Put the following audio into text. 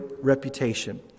reputation